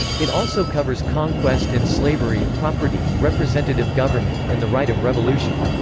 it also covers conquest and slavery, property, representative government, and the right of revolution.